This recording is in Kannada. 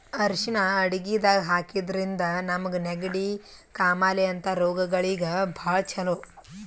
ಅರ್ಷಿಣ್ ಅಡಗಿದಾಗ್ ಹಾಕಿದ್ರಿಂದ ನಮ್ಗ್ ನೆಗಡಿ, ಕಾಮಾಲೆ ಅಂಥ ರೋಗಗಳಿಗ್ ಭಾಳ್ ಛಲೋ